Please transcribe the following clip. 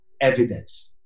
evidence